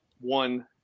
one